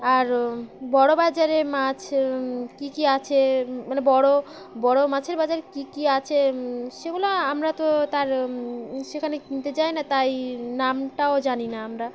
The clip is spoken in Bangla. আর বড় বাজারে মাছ কী কী আছে মানে বড় বড় মাছের বাজারে কী কী আছে সেগুলো আমরা তো তার সেখানে কিনতে যাই না তাই নামটাও জানি না আমরা